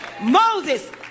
Moses